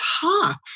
talk